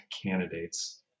candidates